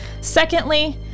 Secondly